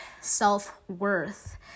self-worth